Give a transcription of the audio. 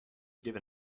given